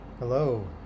Hello